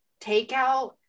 takeout